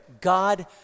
God